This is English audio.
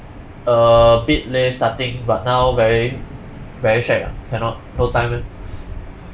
a bit leh starting but now very very shagged ah cannot no time